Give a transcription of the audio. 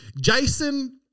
Jason